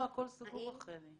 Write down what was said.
הכול סגור, רחלי.